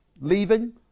Leaving